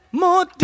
more